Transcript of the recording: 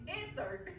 insert